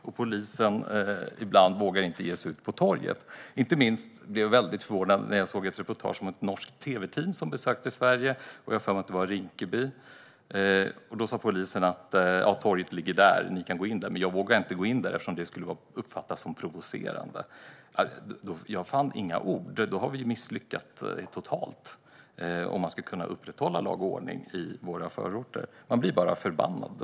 Ibland vågar inte ens polisen ge sig ut på torget. Jag blev mycket förvånad när jag såg ett reportage om ett norskt tvteam som besökte Rinkeby. Polisen visade var torget låg men vågade själv inte gå dit eftersom det skulle uppfattas som provocerande. Jag fann inte ord. Då har vi misslyckats totalt vad gäller att upprätthålla lag och ordning i våra förorter. Jag blir bara förbannad.